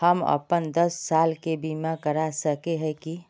हम अपन दस साल के बीमा करा सके है की?